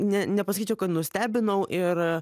ne nepasakyčiau kad nustebinau ir